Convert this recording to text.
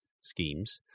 schemes